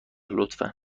لطفا